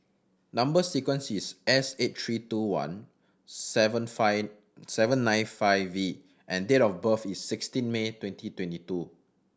number sequence is S eight three two one seven five seven nine five V and date of birth is sixteen May twenty twenty two